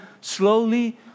slowly